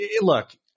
Look